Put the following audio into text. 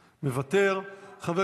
אני רוצה להודות ליושב-ראש הקואליציה אופיר